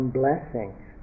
blessings